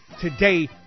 today